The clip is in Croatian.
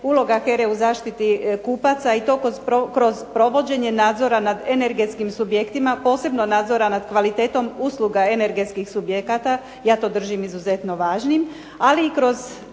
uloga HERA-e u zaštiti kupaca i to kroz provođenje nadzora nad energetskim subjektima posebno nadzora nad kvalitetom usluga energetskih subjekata, ja to držim izuzetno važnim, ali i kroz